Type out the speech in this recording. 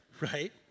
right